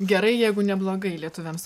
gerai jeigu neblogai lietuviams